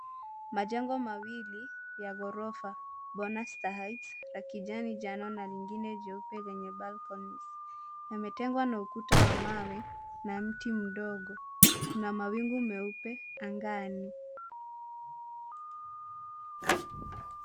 Majengo mawili ya ghorofa; Bonasta Heights, ya kijani njano na nyingine jeupe lenye balconies . Yametengwa na ukuta wa mawe na mti mdogo. Kuna mawingu meupe angani.